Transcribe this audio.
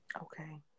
okay